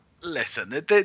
Listen